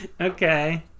Okay